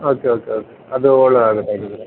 okay okay okay ಅದು ಒಳ್ಳೆಯದಾಗುತ್ತೆ ಹಾಗಿದ್ದರೆ